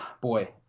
Boy